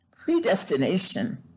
predestination